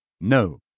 No